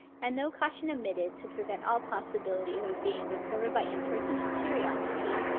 and no caution omitted to prevent all possibility of being discovered by impertinent curiosity,